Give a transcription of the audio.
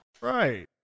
Right